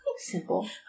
simple